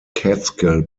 catskill